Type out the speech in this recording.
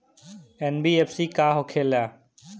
NBFC का होंखे ला?